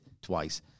twice